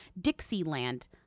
Dixieland